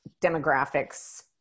demographics